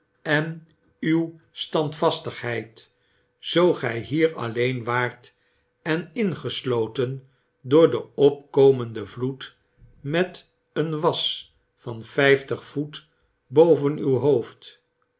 en uw standvastigheid zoo gy hier alleen waart en ingesloten door den opkomenden vloed met een was van vijftig voet boven uw hoofd